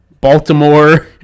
Baltimore